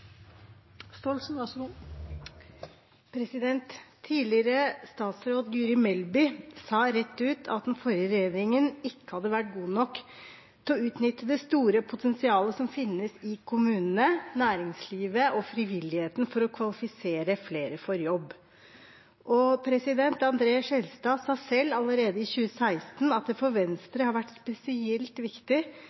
Tidligere statsråd Guri Melby sa rett ut at den forrige regjeringen ikke hadde vært god nok til å utnytte det store potensialet som finnes i kommunene, næringslivet og frivilligheten for å kvalifisere flere for jobb. André Skjelstad sa selv – allerede i 2016 – at det for Venstre har vært spesielt viktig